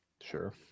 Sure